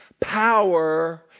power